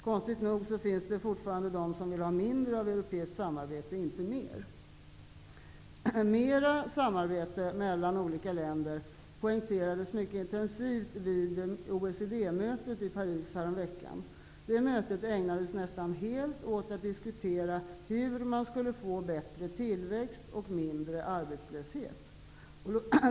Konstigt nog finns det fortfarande de som vill ha mindre av europeiskt samarbete och inte mer. Mer samarbete mellan olika länder poängterades mycket intensivt vid OECD-mötet i Paris häromveckan. Det mötet ägnades nästan helt åt en diskussion av frågan hur man skulle få bättre tillväxt och mindre arbetslöshet.